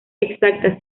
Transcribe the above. exacta